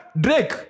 Drake